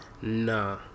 Nah